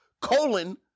colon